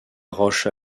roche